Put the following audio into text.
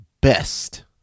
best